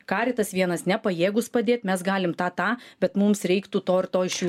karitas vienas nepajėgus padėt mes galim tą tą bet mums reiktų to ir to iš jų